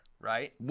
right